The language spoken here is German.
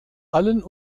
allen